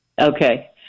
Okay